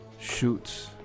shoots